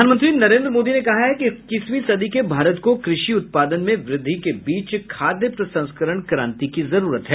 प्रधानमंत्री नरेंद्र मोदी ने कहा है कि इक्कीसवीं सदी के भारत को कृषि उत्पादन में व्रद्धि के बीच खाद्य प्रसंस्करण क्रांति की जरूरत है